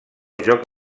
joc